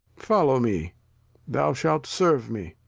follow me thou shalt serve me.